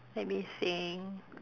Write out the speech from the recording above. let me think